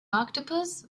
octopus